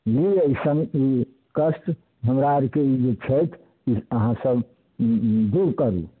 जे अइसन भी कष्ट हमरा आओरके ई जे छथि से अहाँसब दूर करू